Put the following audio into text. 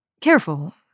Careful